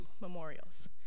memorials